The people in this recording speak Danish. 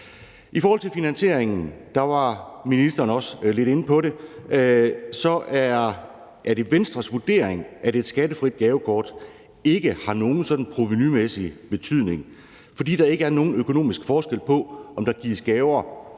I forhold til finansieringen, og det var ministeren også lidt inde på, er det Venstres vurdering, at et skattefrit gavekort ikke har nogen sådan provenumæssig betydning, fordi der ikke er nogen økonomisk forskel på, om der gives gaver